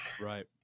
Right